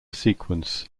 sequenced